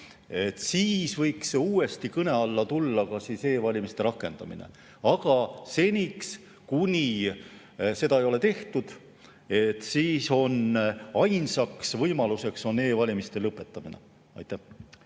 Siis võiks uuesti kõne alla tulla ka e‑valimiste rakendamine, aga seniks, kuni seda ei ole tehtud, on ainsaks võimaluseks e‑valimiste lõpetamine. Aitäh!